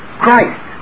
Christ